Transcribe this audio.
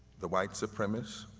the white supremacist.